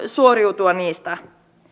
suoriutua niistä